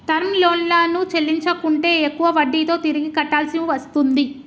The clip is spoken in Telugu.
టర్మ్ లోన్లను చెల్లించకుంటే ఎక్కువ వడ్డీతో తిరిగి కట్టాల్సి వస్తుంది